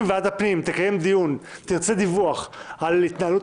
אם ועדת הפנים תקיים דיון ותרצה דיווח על התנהלות